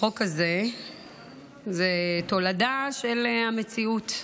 החוק הזה הוא תולדה של המציאות.